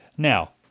Now